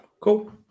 Cool